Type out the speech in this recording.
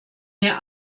mir